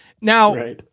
now